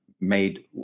made